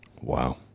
Wow